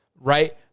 Right